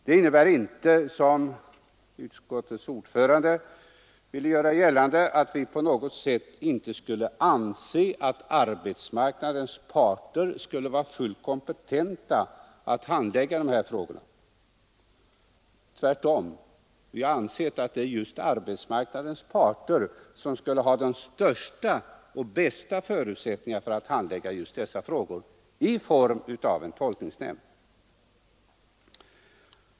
Det innebär inte, som utskottets ordförande ville göra gällande, att vi på något sätt inte skulle anse att arbetsmarknadens parter skulle vara fullt kompetenta att handlägga dessa frågor. Tvärtom, vi har ansett att det är just arbetsmarknadens parter som skulle ha de största och bästa förutsättningarna att handlägga dessa frågor inom ramen för en tolkningsnämnd.